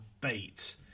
bait